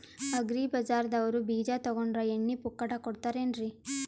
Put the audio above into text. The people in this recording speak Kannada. ಅಗ್ರಿ ಬಜಾರದವ್ರು ಬೀಜ ತೊಗೊಂಡ್ರ ಎಣ್ಣಿ ಪುಕ್ಕಟ ಕೋಡತಾರೆನ್ರಿ?